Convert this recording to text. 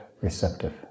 receptive